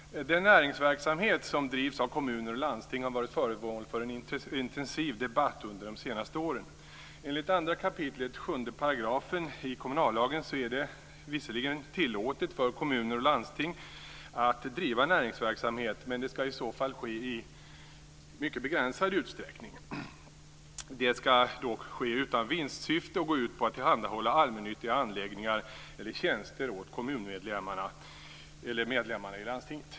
Fru talman! Den näringsverksamhet som bedrivs av kommuner och landsting har varit föremål för en intensiv debatt under de senaste åren. Enligt 2 kap. 7 § kommunallagen är det visserligen tillåtet för kommuner och landsting att driva näringsverksamhet, men det skall i så fall ske utan vinstsyfte och gå ut på att tillhandahålla allmännyttiga anläggningar eller tjänster åt kommunmedlemmarna eller medlemmarna i landstinget.